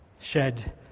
shed